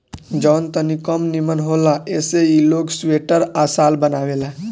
जवन तनी कम निमन होला ऐसे ई लोग स्वेटर आ शाल बनावेला